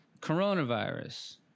coronavirus